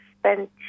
spent